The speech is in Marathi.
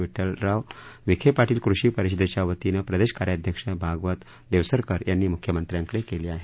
विड्ठलराव विखे पाटील कृषी परिषदेच्या वतीनं प्रदेश कार्याध्यक्ष भागवत देवसरकर यांनी मुख्यमंत्र्यांकडे केली आहे